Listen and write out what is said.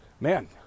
Man